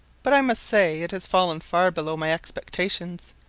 but i must say it has fallen far below my expectations.